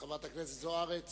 חברת הכנסת זוארץ